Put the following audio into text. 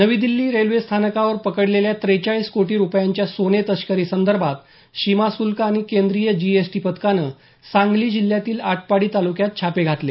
नवी दिल्ली रेल्वे स्थानकावर पकडलेल्या त्रेचाळीस कोटी रुपयांच्या सोने तस्करी संदर्भात सीमा शुल्क आणि केंद्रीय जीएसटी पथकानं सांगली जिल्ह्यातील आटपाडी तालुक्यात छापे घातले